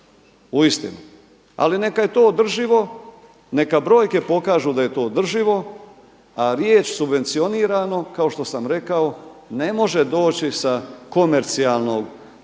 uistinu ali neka je to održivo, neka brojke pokažu da je to održivo. A riječ subvencionirano kao što sam rekao ne može doći sa komercijalnog, privatnog